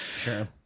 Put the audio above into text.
sure